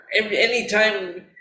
anytime